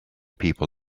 people